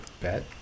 bet